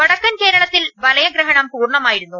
വടക്കൻ കേരളത്തിൽ വലയ ഗ്രഹണം പൂർണ്ണമായിരുന്നു